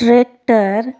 tractor,